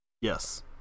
yes